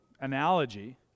analogy